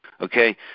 Okay